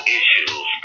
issues